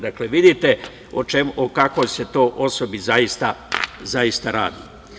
Dakle, vidite o kakvoj se tu osobi zaista radi.